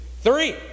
three